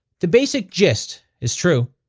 the basic gist is true.